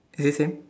okay same